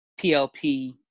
PLP